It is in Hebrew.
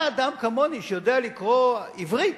מה אדם כמוני, שיודע לקרוא עברית,